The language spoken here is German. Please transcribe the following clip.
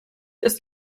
ist